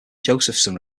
josephson